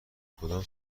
کدام